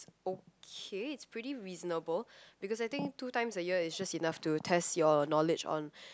okay it's pretty reasonable because I think two times a year is just enough to test your knowledge on